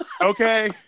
okay